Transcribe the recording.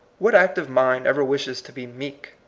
what active mind ever wishes to be meek?